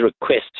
request